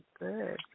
Good